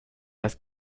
las